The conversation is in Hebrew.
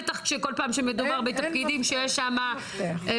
בטח שכל פעם מדובר בתפקידים שיש שם באופן